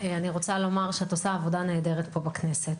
אני רוצה לומר שאת עושה עבודה נהדרת פה בכנסת,